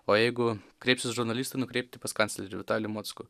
o jeigu kreipsis žurnalistai nukreipti pas kanclerį vitalijų mockų